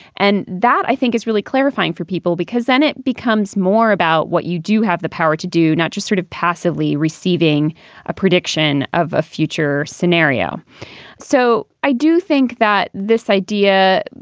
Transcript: and that, i think, is really clarifying for people, because then it becomes more about what you do have the power to do, not just sort of passively receiving a prediction of a future scenario so i do think that this idea,